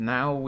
Now